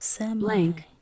blank